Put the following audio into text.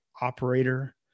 operator